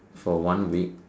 for one week